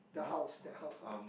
the house that house on top